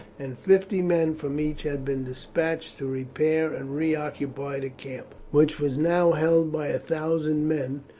and fifty men from each had been despatched to repair and reoccupy the camp, which was now held by a thousand men,